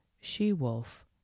she-wolf